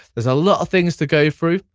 there's a lot of things to go through,